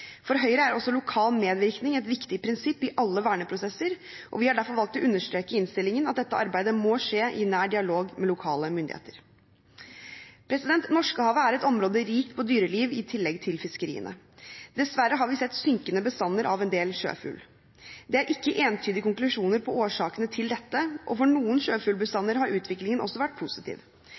For Høyre er også lokal medvirkning et viktig prinsipp i alle verneprosesser, og vi har derfor valgt å understreke i innstillingen at dette arbeidet må skje i nær dialog med lokale myndigheter. Norskehavet er et område rikt på dyreliv i tillegg til fiskeriene. Dessverre har vi sett synkende bestander av en del sjøfugl. Det er ikke entydige konklusjoner om årsakene til dette, og for noen sjøfuglbestander har utviklingen også vært positiv.